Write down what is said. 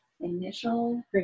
initial